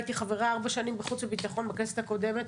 הייתי חברה ארבע שנים בוועדת החוץ והביטחון בכנסת הקודמת.